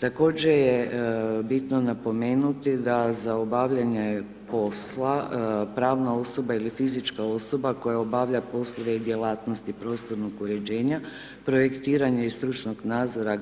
Također je bitno napomenuti da za obavljanje posla pravno osoba ili fizička osoba koja obavlja poslove i djelatnosti prostornog uređenja, projektiranje i stručnog nadzora